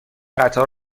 قطار